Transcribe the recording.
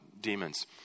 demons